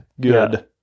good